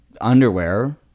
underwear